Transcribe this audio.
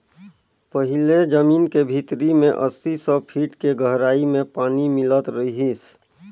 पहिले जमीन के भीतरी में अस्सी, सौ फीट के गहराई में पानी मिलत रिहिस